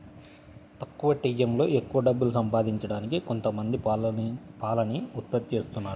తక్కువ టైయ్యంలో ఎక్కవ డబ్బులు సంపాదించడానికి కొంతమంది పాలని ఉత్పత్తి జేత్తన్నారు